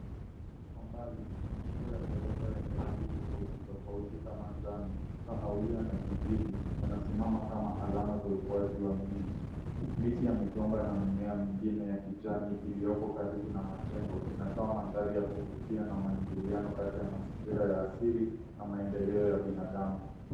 Kwa mbali majengo ya ghorofa yenye rangi tofauti tofauti kama njano, kahawia na kijivu yanasimama kama alama ya ukuaji miji. Miti ya migomba na mimea mingine ya kijani iliyopo karibu na majengo inatoa mandhari ya kuvutia na maingiliano Kati ya mazingira ya asili na maendeleo ya binadamu.